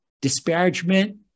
disparagement